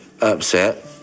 upset